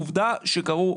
עובדה שקרו פיגועים".